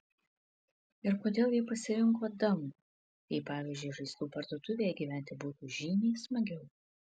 ir kodėl ji pasirinko dangų jei pavyzdžiui žaislų parduotuvėje gyventi būtų žymiai smagiau